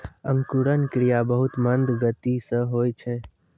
अंकुरन क्रिया बहुत मंद गति सँ होय छै